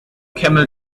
camel